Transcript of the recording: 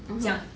mmhmm